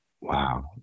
wow